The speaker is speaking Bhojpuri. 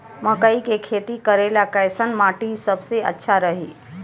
मकई के खेती करेला कैसन माटी सबसे अच्छा रही?